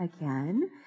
again